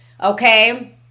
Okay